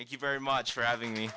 you very much for having me